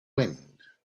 wind